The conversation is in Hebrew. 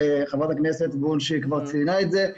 וחברת הכנסת וונש כבר ציינה את זה,